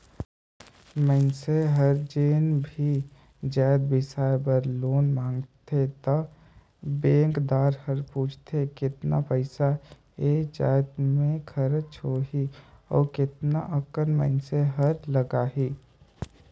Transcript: मइनसे हर जेन भी जाएत बिसाए बर लोन मांगथे त बेंकदार हर पूछथे केतना पइसा ए जाएत में खरचा होही अउ केतना अकन मइनसे हर लगाही